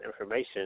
information